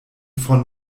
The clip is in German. von